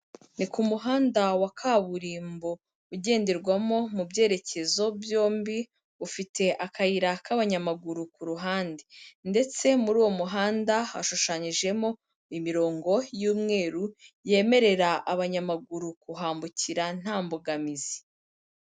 Ni ku muhanda wa kaburimbo ugenderwamo mu byerekezo byombi, ufite akayira k'abanyamaguru ku ruhande, ndetse muri uwo muhanda hashushanyijemo imirongo y'umweru yemerera abanyamaguru kuhambukira nta mbogamizi.